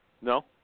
No